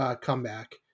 comeback